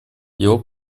его